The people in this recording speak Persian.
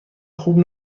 خوب